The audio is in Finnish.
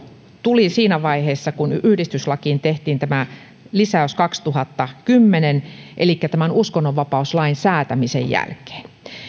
tuli siinä vaiheessa kun yhdistyslakiin tehtiin lisäys vuonna kaksituhattakymmenen elikkä uskonnonvapauslain säätämisen jälkeen